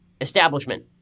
establishment